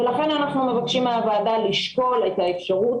לכן אנחנו מבקשים מהוועדה לשקול את האפשרות